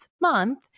month